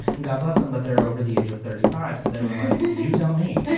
and god bless them but they're over the age of thirty five. so they were like you tell me. yeah